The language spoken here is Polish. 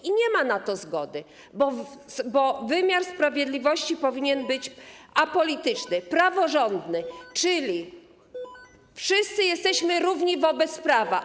I nie ma na to zgody, bo wymiar sprawiedliwości powinien być apolityczny, praworządny, czyli wszyscy jesteśmy równi wobec prawa.